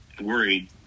worried